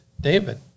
David